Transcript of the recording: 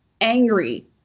angry